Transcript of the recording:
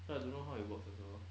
so I don't know how it works also